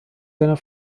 seiner